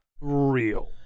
real